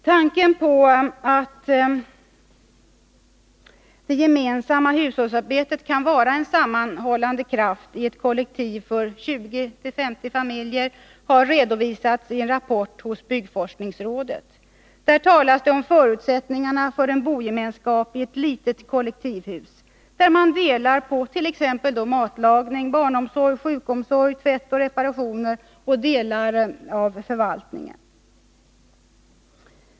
Tanken på att det gemensamma hushållsarbetet kan vara en sammanhållande kraft i ett kollektiv för 20 till 50 familjer har redovisats i en rapport hos byggforskningsrådet. Där talas det om förutsättningarna för en bogemenskapi ett litet kollektivhus, där man delar på t.ex. matlagning, barnomsorg, sjukomsorg, tvätt, reparationer och delar av förvaltningen.